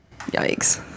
Yikes